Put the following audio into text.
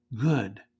Good